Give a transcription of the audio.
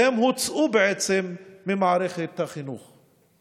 והם הוצאו ממערכת החינוך.